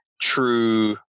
true